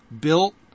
built